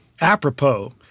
apropos